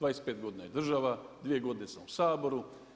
25 godina je država, 2 godine sam u Saboru.